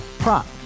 Prop